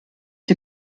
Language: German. die